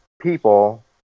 people